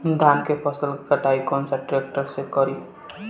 धान के फसल के कटाई कौन सा ट्रैक्टर से करी?